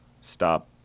stop